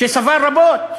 שסבל רבות.